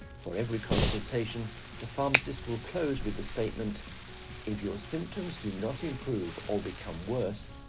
for every consultation the pharmacist will close with the statement if your symptoms do not improve or become worse,